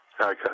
Okay